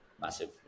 massive